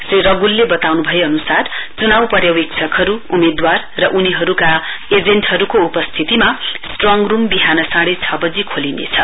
श्री रगुलले बताउनु भए अनुसार चुनाउ पर्यवेक्षकहरु उम्मेदवार र उनीहरुका एजेन्टहरुको उपस्थितीमा स्ट्रङ रुम विहान साँढे छ वजी खोलिनेछ